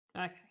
Okay